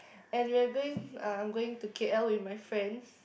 and we're going uh I'm going to K_L with my friends